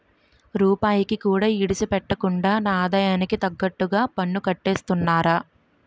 రూపాయికి కూడా ఇడిసిపెట్టకుండా నా ఆదాయానికి తగ్గట్టుగా పన్నుకట్టేస్తున్నారా